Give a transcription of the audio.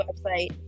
website